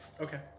Okay